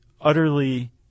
utterly